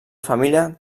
família